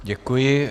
Děkuji.